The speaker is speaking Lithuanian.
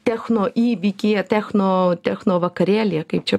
techno įvykyje techno techno vakarėlyje kaip čia